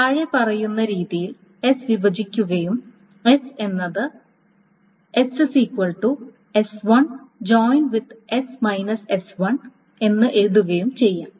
താഴെ പറയുന്ന രീതിയിൽ S വിഭജിക്കുകയും എസ് എന്നത് എഴുതുകയും ചെയ്യാം